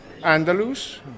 Andalus